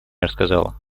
рассказала